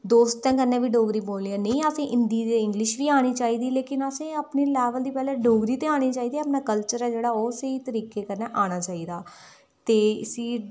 दोस्तें कन्नै बी डोगरी बोलनी आं नेईं असें हिंदी ते इंग्लिश बी आनी चाहिदी लेकिन असें अपने लेवल दी ते पैंह्ले डोगरी ते आने चाहिदी अपना कल्च र ऐ जेह्ड़ा ओह् स्हेई तरीके कन्नै आना चाहिदा ते इसी